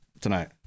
tonight